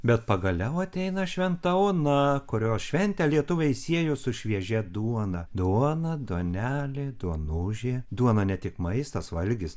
bet pagaliau ateina šventa ona kurios šventę lietuviai siejo su šviežia duona duona duonelė duonužė duona ne tik maistas valgis